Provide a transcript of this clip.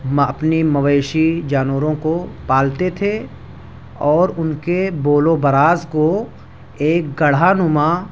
اپنی مویشی جانوروں کو پالتے تھے اور ان کے بول و براز کو ایک گڑھا نما